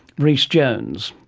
rhys jones,